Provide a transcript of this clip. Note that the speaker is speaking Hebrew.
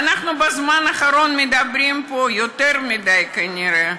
ואנחנו בזמן האחרון מדברים פה יותר מדי כנראה,